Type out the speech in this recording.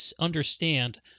understand